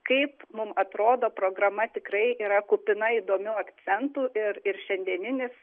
kaip mum atrodo programa tikrai yra kupina įdomių akcentų ir ir šiandieninis